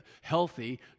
healthy